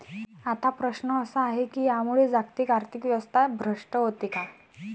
आता प्रश्न असा आहे की यामुळे जागतिक आर्थिक व्यवस्था भ्रष्ट होते का?